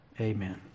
Amen